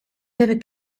never